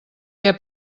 què